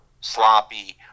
sloppy